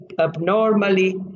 abnormally